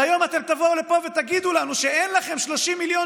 והיום אתם תבואו לפה ותגידו לנו שאין לכם 30 מיליון